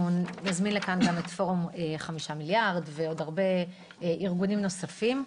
אנחנו נזמין לכאן גם את פורום חמישה מיליארד ועוד הרבה ארגונים נוספים,